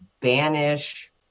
banish